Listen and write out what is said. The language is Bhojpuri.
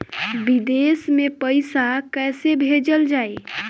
विदेश में पईसा कैसे भेजल जाई?